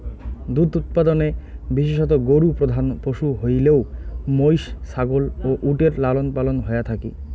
দুধ উৎপাদনে বিশেষতঃ গরু প্রধান পশু হইলেও মৈষ, ছাগল ও উটের লালনপালন হয়া থাকি